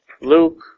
Luke